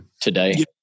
today